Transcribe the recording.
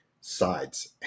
sides